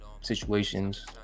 situations